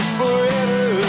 forever